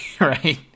right